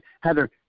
Heather